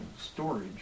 storage